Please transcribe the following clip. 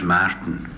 Martin